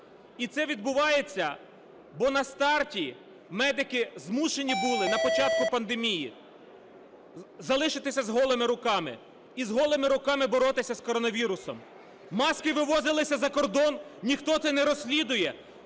І це відбувається, бо на старті медики змушені були на початку пандемії залишитися з голими руками, і з голими руками боротися з коронавірусом. Маски вивозилися за кордон. Ніхто це не розслідує.